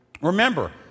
Remember